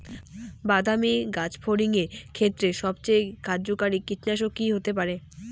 বাদামী গাছফড়িঙের ক্ষেত্রে সবথেকে কার্যকরী কীটনাশক কি হতে পারে?